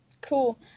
cool